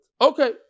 Okay